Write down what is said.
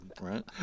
Right